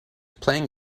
playing